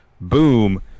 Boom